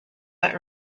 but